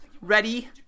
Ready